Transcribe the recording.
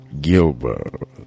Gilbert